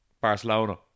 Barcelona